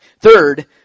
Third